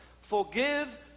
Forgive